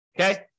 Okay